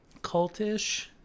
cultish